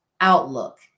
outlook